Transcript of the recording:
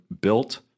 built